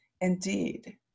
Indeed